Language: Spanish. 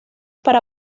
para